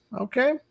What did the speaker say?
okay